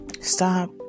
stop